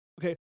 Okay